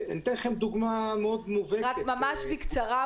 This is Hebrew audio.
אתן לכם דוגמה מובהקת -- ממש בקצרה,